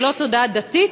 ולא תודעה דתית.